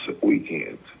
weekends